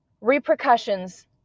repercussions